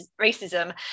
racism